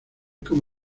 como